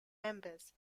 members